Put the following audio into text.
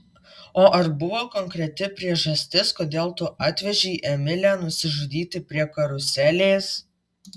o ar buvo konkreti priežastis kodėl tu atvežei emilę nusižudyti prie karuselės